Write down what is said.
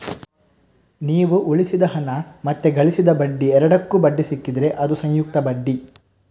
ನೀವು ಉಳಿಸಿದ ಹಣ ಮತ್ತೆ ಗಳಿಸಿದ ಬಡ್ಡಿ ಎರಡಕ್ಕೂ ಬಡ್ಡಿ ಸಿಕ್ಕಿದ್ರೆ ಅದು ಸಂಯುಕ್ತ ಬಡ್ಡಿ